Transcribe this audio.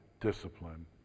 discipline